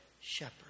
shepherd